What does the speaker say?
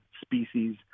species